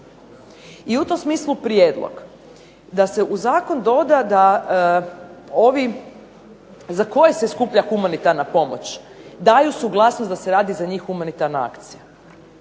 I u tom smislu prijedlog da se u zakon doda da ovi za koje se skuplja humanitarna pomoć daju suglasnost da se radi za njih humanitarna akcija.